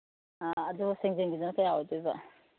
ꯑ ꯑꯗꯣ ꯁꯦꯟꯖꯦꯡꯒꯤꯗꯨꯅ ꯀꯌꯥ ꯑꯣꯏꯗꯣꯏꯕ